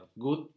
good